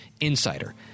insider